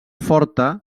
forta